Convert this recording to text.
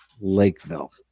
Lakeville